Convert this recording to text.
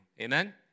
Amen